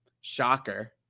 Shocker